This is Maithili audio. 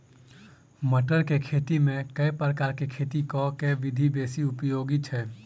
मटर केँ खेती मे केँ प्रकार केँ खेती करऽ केँ विधि बेसी उपयोगी छै?